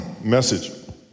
message